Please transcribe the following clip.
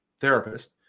therapist